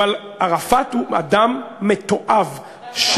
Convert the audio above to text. אבל ערפאת הוא אדם מתועב, אתה מתועב.